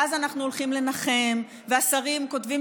ואז אנחנו הולכים לנחם והשרים כותבים